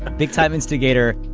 big time instigator.